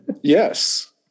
Yes